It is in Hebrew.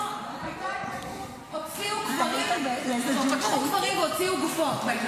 --- פתחו קברים והוציאו גופות.